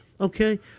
Okay